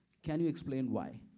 can you explain why?